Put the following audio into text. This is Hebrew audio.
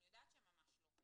אני יודעת שממש לא.